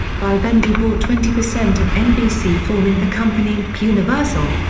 vivendi bought twenty percent of nbc forming the company nbcuniversal.